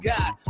God